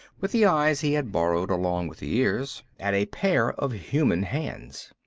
with the eyes he had borrowed along with the ears, at a pair of human hands.